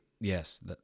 Yes